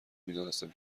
میدانستم